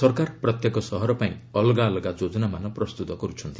ସରକାର ପ୍ରତ୍ୟେକ ସହର ପାଇଁ ଅଲଗା ଅଲଗା ଯୋଜନାମାନ ପ୍ରସ୍ତୁତ କରିଛନ୍ତି